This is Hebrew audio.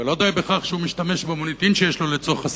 ולא די בכך שהוא משתמש במוניטין שיש לו לצורך עסקיו,